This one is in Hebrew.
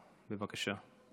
בבקשה.